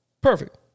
Perfect